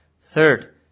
Third